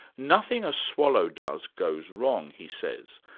nothing a swallow does goes wrong, he says.